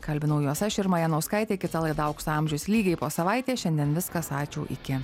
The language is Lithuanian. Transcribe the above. kalbinau juos aš irma janauskaitė kita laida aukso amžius lygiai po savaitės šiandien viskas ačiū iki